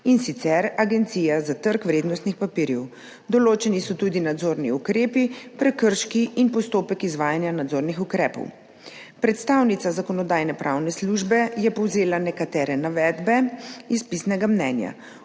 in sicer Agencija za trg vrednostnih papirjev. Določeni so tudi nadzorni ukrepi, prekrški in postopek izvajanja nadzornih ukrepov. Predstavnica Zakonodajno-pravne službe je povzela nekatere navedbe iz pisnega mnenja.